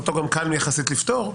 ואותו גם קל יחסית לפתור.